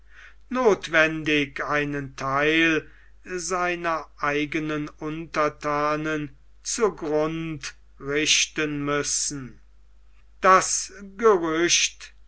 nothwendig einen theil seiner eigenen unterthanen zu grunde richten müssen das gerücht